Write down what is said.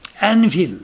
anvil